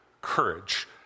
courage